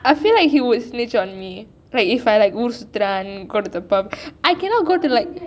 I feel like he would snitch on me like if I like ஊர் சுற்றுறான்:oor suttruraan go to the pub I cannot